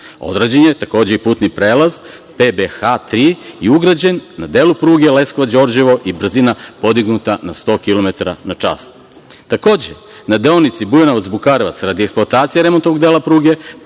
je, takođe, i putni prelaz PBH3 i ugrađen na delu pruge Leskovac-Đorđevo i brzina podignuta na 100 kilometara na čas. Takođe, na deonici Bujanovac-Bukarevac, radi eksploatacije remontnog dela pruge,